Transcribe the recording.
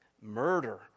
Murder